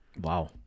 Wow